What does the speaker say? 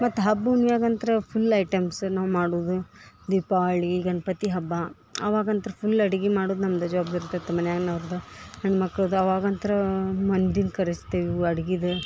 ಮತ್ತು ಹಬ್ಬು ಮ್ಯಾಗ ಅಂತ್ರು ಫುಲ್ ಐಟಮ್ಸ್ ನಾವ್ ಮಾಡುದ ದೀಪಾಳಿ ಗಣಪತಿ ಹಬ್ಬ ಅವಾಗಂತ್ರ ಫುಲ್ ಅಡ್ಗಿ ಮಾಡುದ ನಮ್ಮದೆ ಜವಾಬ್ದಾರಿ ಇರ್ತೈತೆ ಮನ್ಯಾಗ್ನವ್ರ್ದು ಹೆಣ್ಣು ಮಕ್ಳದ ಅವಾಗಂತ್ರ ಮಂದಿನ ಕರಸ್ತೀವಿ ಇವ ಅಡ್ಗಿದ